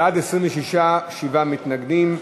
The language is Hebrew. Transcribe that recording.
בעד, 26, שבעה מתנגדים.